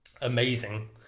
amazing